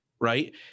right